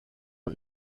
und